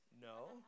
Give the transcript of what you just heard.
No